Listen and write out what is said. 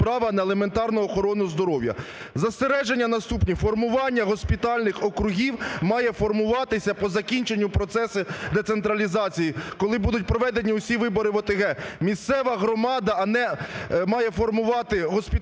права на елементарну охорону здоров'я. Застереження наступні. Формування госпітальних округів має формуватися по закінченню процесів децентралізації, коли будуть проведені усі вибори в ОТГ. Місцева громада має формувати госпітальний округ,